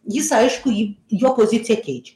jis aišku jį jo poziciją keičia